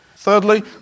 Thirdly